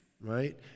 right